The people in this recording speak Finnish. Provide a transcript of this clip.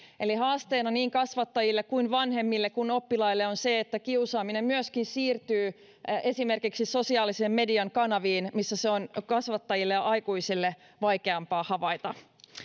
eli haasteena niin kasvattajille vanhemmille kuin oppilaillekin on se että kiusaaminen myöskin siirtyy esimerkiksi sosiaalisen median kanaviin missä se on kasvattajille ja aikuisille vaikeampi havaita